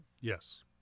Yes